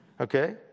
Okay